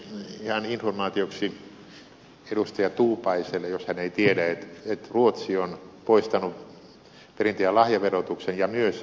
ihan informaatioksi edustaja tuupaiselle jos hän ei tiedä että ruotsi on poistanut perintö ja lahjaverotuksen ja myös varallisuusverotuksen